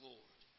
Lord